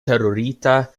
terurita